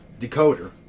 decoder